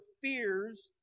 fears